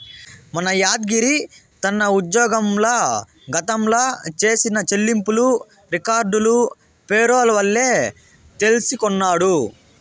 మన యాద్గిరి తన ఉజ్జోగంల గతంల చేసిన చెల్లింపులు రికార్డులు పేరోల్ వల్లే తెల్సికొన్నాడు